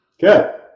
good